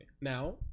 now